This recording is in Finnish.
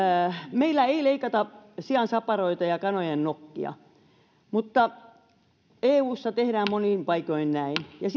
meillä ei leikata sian saparoita ja kanojen nokkia mutta eussa tehdään monin paikoin näin ja